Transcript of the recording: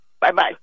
Bye-bye